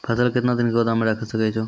फसल केतना दिन गोदाम मे राखै सकै छौ?